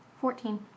Fourteen